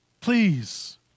please